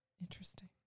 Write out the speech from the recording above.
Interesting